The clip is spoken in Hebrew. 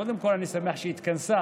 קודם כול, אני שמח שהיא התכנסה.